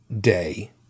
day